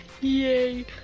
Yay